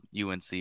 UNC